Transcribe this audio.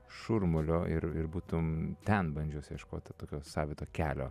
šurmulio ir ir būtum ten bandžiusi ieškoti tokio savito kelio